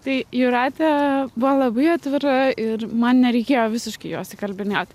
tai jūratė buvo labai atvira ir man nereikėjo visiškai jos įkalbinėt